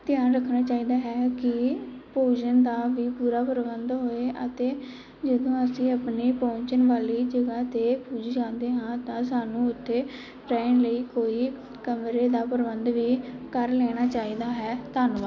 ਧਿਆਨ ਰੱਖਣਾ ਚਾਹੀਦਾ ਹੈ ਕਿ ਭੋਜਨ ਦਾ ਵੀ ਪੂਰਾ ਪ੍ਰਬੰਧ ਹੋਏ ਅਤੇ ਜਦੋਂ ਅਸੀਂ ਆਪਣੇ ਪਹੁੰਚਣ ਵਾਲੀ ਜਗ੍ਹਾ 'ਤੇ ਪੁੱਜ ਜਾਂਦੇ ਹਾਂ ਤਾਂ ਸਾਨੂੰ ਉੱਥੇ ਰਹਿਣ ਲਈ ਕੋਈ ਕਮਰੇ ਦਾ ਪ੍ਰਬੰਧ ਵੀ ਕਰ ਲੈਣਾ ਚਾਹੀਦਾ ਹੈ ਧੰਨਵਾਦ